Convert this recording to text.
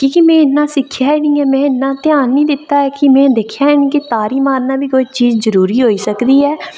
की के में इन्ना सिक्खेआ निं ऐ में इन्ना ध्यान निं दित्ता ऐ कि में दिक्खेआ निं कि तारी मारना बी कोई जरूरी चीज़ होई सकदी ऐ